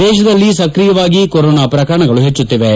ದೇಶದಲ್ಲಿ ಸ್ಕ್ರಿಯವಾಗಿ ಕರೋನಾ ಪ್ರಕರಣಗಳು ಹೆಚ್ಚುತ್ತಿವೆ